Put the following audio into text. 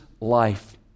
life